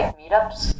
meetups